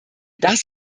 das